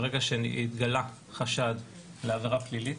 ברגע שהתגלה חשד לעבירה פלילית,